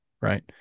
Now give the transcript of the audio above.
Right